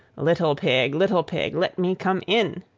little pig, little pig, let me come in.